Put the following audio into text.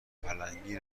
پلنگی